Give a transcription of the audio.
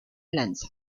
lanza